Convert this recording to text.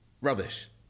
rubbish